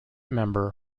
member